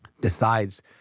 Decides